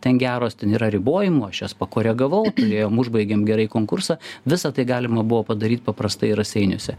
ten geros ten yra ribojimų aš jas pakoregavau turėjom užbaigėm gerai konkursą visa tai galima buvo padaryt paprastai raseiniuose